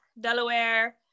Delaware